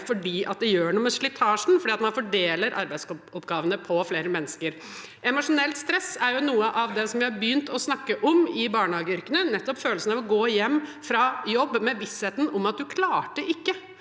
for det gjør noe med slitasjen når man fordeler arbeidsoppgavene på flere mennesker. Emosjonelt stress er noe av det vi har begynt å snakke om i barnehageyrkene, nettopp følelsen av å gå hjem fra jobb med vissheten om at man ikke